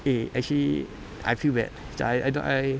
eh actually I feel bad macam I I don't I